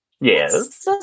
Yes